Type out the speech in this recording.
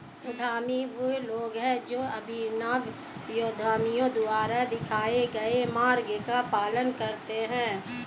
उद्यमी वे लोग हैं जो अभिनव उद्यमियों द्वारा दिखाए गए मार्ग का पालन करते हैं